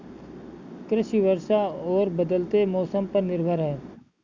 कृषि वर्षा और बदलते मौसम पर निर्भर है